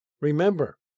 Remember